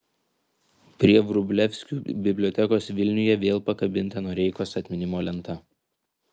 prie vrublevskių bibliotekos vilniuje vėl pakabinta noreikos atminimo lenta